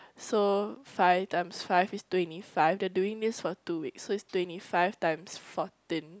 so five times five is twenty five they are doing this for two weeks so is twenty five times fourteen